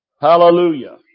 Hallelujah